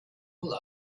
pull